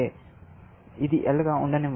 కాబట్టి ఇది L గా ఉండనివ్వండి